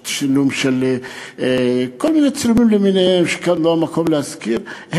כל מיני צילומים שכאן לא המקום להזכיר,